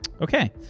Okay